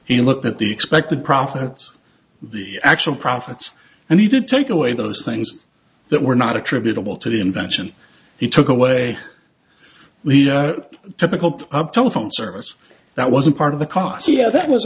he looked at the expected profits the actual profits and he did take away those things that were not attributable to the invention he took away the typical telephone service that wasn't part of the cos you know that was